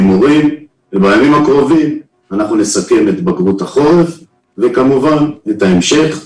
עם מורים ובימים הקרובים אנחנו נסכם את בגרות החורף וכמובן את ההמשך.